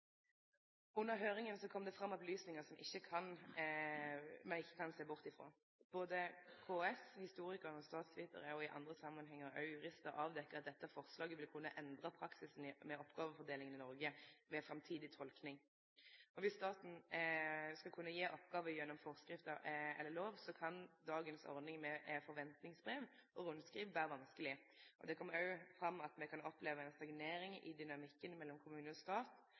Under høyringa kom det fram opplysningar som me ikkje kan sjå bort frå. Både KS, historikarar, statsvitarar og i andre samanhengar også juristar har avdekt at dette forslaget vil kunne endre praksisen med oppgåvefordelinga i Noreg ved framtidig tolking. Dersom staten skal kunne gje oppgåver gjennom forskrifter eller lover, kan ordninga i dag med forventningsbrev og rundskriv vere vanskeleg. Det kom òg fram at me kan oppleve ei stagnering i dynamikken mellom kommune og stat,